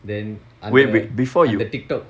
then அந்த அந்த:andtha andtha TikTok